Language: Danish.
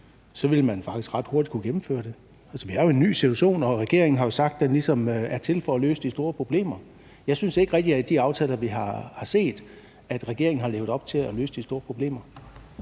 initiativ, faktisk ret hurtigt kunne gennemføre det. Vi har jo en ny situation, og regeringen har jo sagt, at den ligesom er til for at løse de store problemer. Jeg synes ikke rigtig, at regeringen i de aftaler, vi har set, har levet op til det med at løse de store problemer.